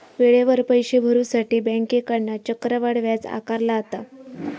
वेळेवर पैशे भरुसाठी बँकेकडना चक्रवाढ व्याज आकारला जाता